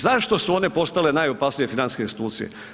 Zašto su one postale najopasnije financijske institucije?